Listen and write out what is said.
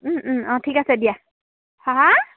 অঁ ঠিক আছে দিয়া হা